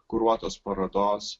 kuruotos parodos